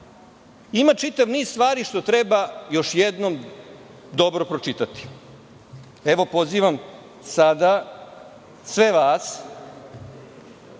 ima čitav niz stvari što treba još jednom dobro pročitati. Evo pozivam sada vas